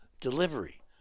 delivery